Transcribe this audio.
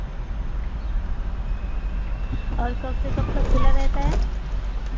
और कब से कब तक खुला रहता है